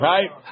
Right